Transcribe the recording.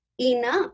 enough